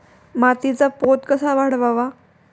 मातीचा पोत कसा वाढवावा?